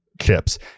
chips